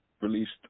released